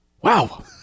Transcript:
Wow